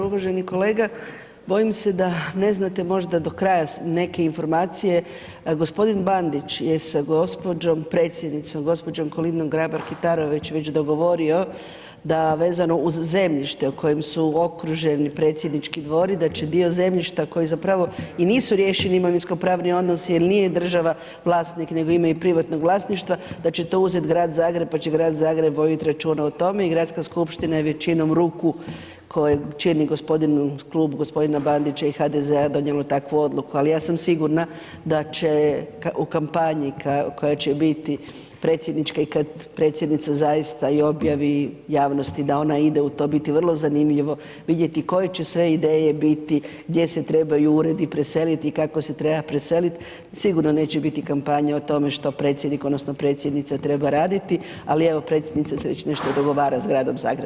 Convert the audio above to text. Uvaženi kolega, bojim se da ne znate možda do kraja neke informacije, g. Bandić je sa gđom. predsjednicom, gđom. Kolindom Grabar Kitarović već dogovorio da vezano uz zemljište u kojem su okruženi predsjednički dvori, da će dio zemljišta koji zapravo i nisu riješeni imovinsko pravni odnosi jel nije država vlasnik nego ima i privatnog vlasništva, da će to uzet Grad Zagreb, pa će Grad Zagreb vodit računa o tome i Gradska skupština je većinom ruku koje čine Klub g. Bandića i HDZ-a donijelo takvu odluku, ali ja sam sigurna da će u kampanji koja će biti predsjednička i kad predsjednica zaista i objavi javnosti da ona ide u to, biti vrlo zanimljivo vidjeti koje će sve ideje biti, gdje se trebaju uredi preselit i kako se treba preselit, sigurno neće biti kampanja o tome što predsjednik odnosno predsjednica treba raditi, ali evo predsjednica se već nešto dogovara s Gradom Zagrebom.